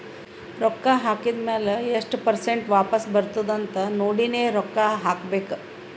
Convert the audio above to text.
ರೊಕ್ಕಾ ಹಾಕಿದ್ ಮ್ಯಾಲ ಎಸ್ಟ್ ಪರ್ಸೆಂಟ್ ವಾಪಸ್ ಬರ್ತುದ್ ಅಂತ್ ನೋಡಿನೇ ರೊಕ್ಕಾ ಹಾಕಬೇಕ